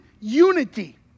unity